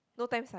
no thanks fine